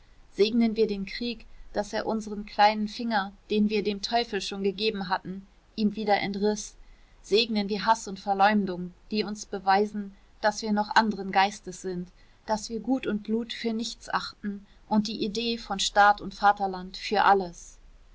segnen wir den krieg daß er unseren kleinen finger den wir dem teufel schon gegeben hatten ihm wieder entriß segnen wir haß und verleumdung die uns beweisen daß wir noch anderen geistes sind daß wir gut und blut für nichts achten und die idee von staat und vaterland für alles